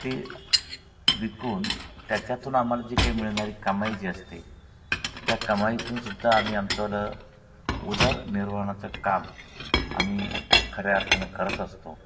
ते विकून त्याच्यातून आम्हाला जी काही मिळणारी कमाई जी असते त्या कमाईतूनसुद्धा आम्ही आमच्या उदरनिर्वाहाचं काम आम्ही खऱ्या अर्थानं करत असतो